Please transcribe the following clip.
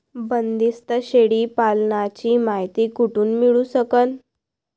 बंदीस्त शेळी पालनाची मायती कुठून मिळू सकन?